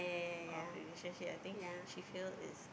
of relationship I think she feel it's